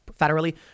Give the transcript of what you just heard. federally